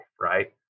right